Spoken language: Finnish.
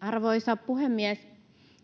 Arvoisa puhemies!